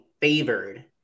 favored